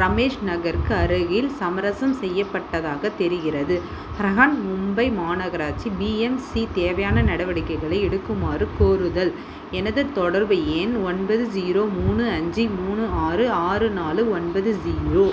ரமேஷ் நகருக்கு அருகில் சமரசம் செய்யப்பட்டதாகத் தெரிகிறது பிரஹன் மும்பை மாநகராட்சி பிஎம்சி தேவையான நடவடிக்கைகளை எடுக்குமாறு கோருதல் எனது தொடர்பு எண் ஒன்பது ஸீரோ மூணு அஞ்சு மூணு ஆறு ஆறு நாலு ஒன்பது ஸீரோ